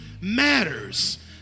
matters